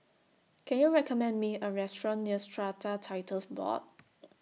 Can YOU recommend Me A Restaurant near Strata Titles Board